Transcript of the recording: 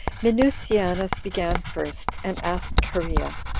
minucianus began first, and asked cherea,